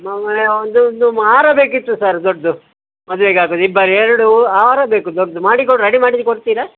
ಮ ಮನೆಗೆ ಒಂದೊಂದು ಮಾರು ಬೇಕಿತ್ತು ಸರ್ ದೊಡ್ಡದು ಮದುವೆಗೆ ಹಾಕೋದು ಇಬ್ಬರು ಎರಡು ಹಾರ ಬೇಕು ದೊಡ್ಡದು ಮಾಡಿ ಕೊಡಿ ರೆಡಿ ಮಾಡಿ ಕೊಡ್ತೀರ